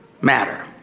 matter